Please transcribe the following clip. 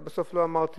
אבל בסוף לא אמרתי,